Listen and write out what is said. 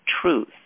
truth